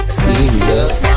serious